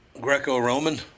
Greco-Roman